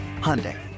Hyundai